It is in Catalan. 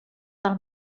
del